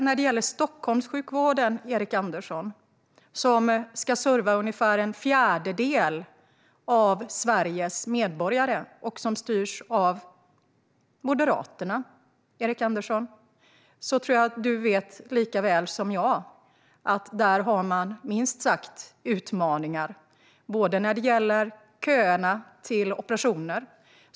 När det gäller Stockholmssjukvården, Erik Andersson, som ska serva ungefär en fjärdedel av Sveriges medborgare och som styrs av Moderaterna tror jag att du likaväl som jag vet att man minst sagt har utmaningar. Det gäller köerna till operationer.